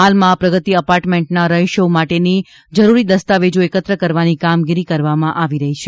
હાલમાં પ્રગતિ એપાર્ટમેન્ટના રહીશો પાસેથી જરૂરી દસ્તાવેજો એકત્ર કરવાની કામગીરી કરવામાં આવી રહી છે